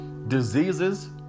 Diseases